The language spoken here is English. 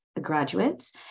graduates